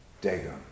Dagon